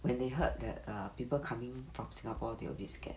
when they heard that err people coming from singapore they a bit scared